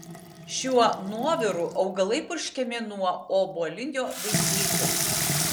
šiuo nuoviru augalai purškiami nuo obuolinio vaisėdžio